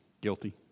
Guilty